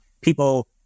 people